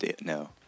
no